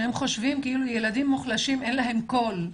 שהם חושבים שלילדים מוחלשים אין קול,